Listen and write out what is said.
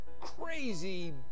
crazy